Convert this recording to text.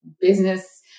business